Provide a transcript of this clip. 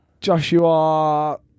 Joshua